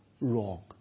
wrong